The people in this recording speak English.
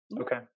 Okay